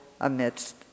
amidst